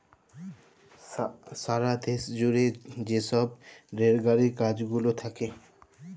সারা দ্যাশ জুইড়ে যে ছব রেল গাড়ির কাজ গুলা থ্যাকে